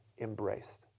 embraced